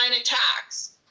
attacks